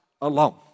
Alone